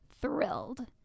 thrilled